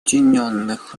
объединенных